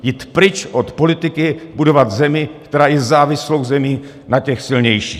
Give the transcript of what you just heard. Jít pryč od politiky budovat zemi, která je zemí závislou na těch silnějších.